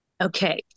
Okay